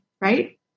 right